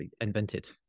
invented